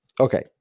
Okay